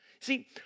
See